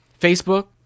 Facebook